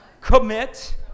commit